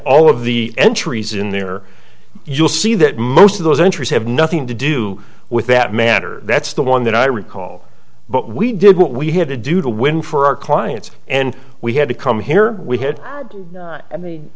all of the entries in there you'll see that most of those entries have nothing to do with that matter that's the one that i recall but we did what we had to do to win for our clients and we had to come here we had i